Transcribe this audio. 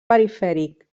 perifèric